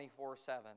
24-7